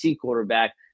quarterback